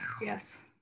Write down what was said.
yes